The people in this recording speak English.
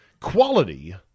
quality